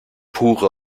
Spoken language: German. pure